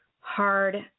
hard